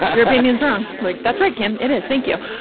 your opinion's wrong. like, that's right, kim. it is. thank you.